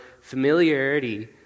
familiarity